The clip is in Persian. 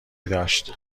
داشت